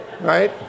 right